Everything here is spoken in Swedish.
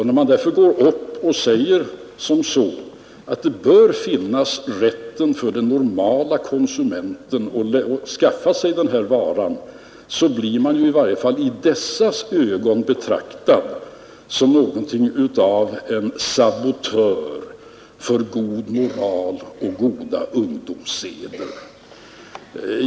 När man går upp och säger att rätten bör finnas för den normale konsumenten att skaffa sig den här varan, så blir man i varje fall i dessas ögon betraktad som någonting av en sabotör mot god moral och goda ungdomsseder.